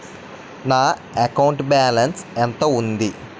నా అకౌంట్ లో బాలన్స్ ఎంత ఉంది?